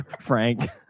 Frank